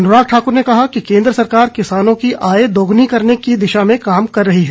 अनुराग ठाकुर ने कहा कि केन्द्र सरकार किसानों की आय दोगुनी करने की दिशा में काम कर रही है